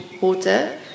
water